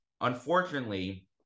Unfortunately